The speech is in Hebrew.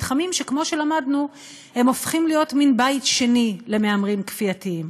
מתחמים שכמו שלמדנו הופכים להיות מין בית שני למהמרים כפייתיים,